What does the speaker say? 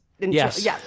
Yes